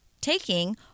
taking